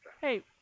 Hey